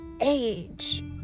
age